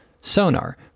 Sonar